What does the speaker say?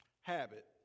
habit